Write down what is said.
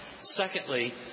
Secondly